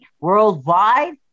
worldwide